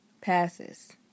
passes